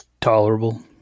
tolerable